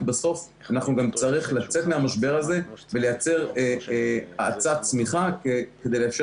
כי בסוף אנחנו נצטרך לצאת מהמשבר הזה ולייצר האצת צמיחה כדי לאפשר